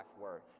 worth